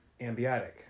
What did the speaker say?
ambiotic